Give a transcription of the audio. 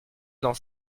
dans